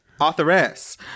Authoress